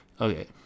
Okay